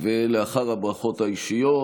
לאחר הברכות האישיות,